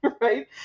right